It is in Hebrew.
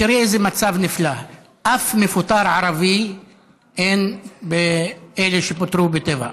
תראו איזה מצב נפלא: אף מפוטר ערבי אין בין אלה שפוטרו בטבע.